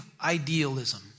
idealism